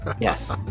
Yes